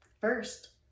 First